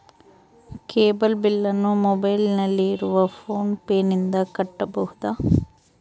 Cable ಬಿಲ್ಲನ್ನು ಮೊಬೈಲಿನಲ್ಲಿ ಇರುವ ಫೋನ್ ಪೇನಿಂದ ಕಟ್ಟಬಹುದಾ?